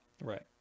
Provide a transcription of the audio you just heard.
Right